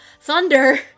thunder